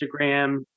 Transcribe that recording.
Instagram